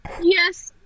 Yes